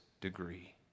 degree